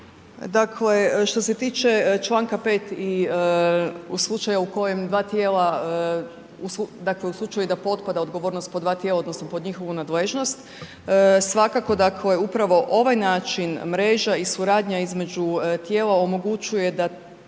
što se tiče članka 5. i u slučaju u kojem 2 tijela, dakle da potpada odgovornost pod 2 tijela odnosno pod njihovu nadležnost svakako dakle upravo ovaj način mreža i suradnja između tijela omogućuje da